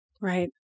Right